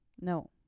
No